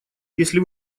если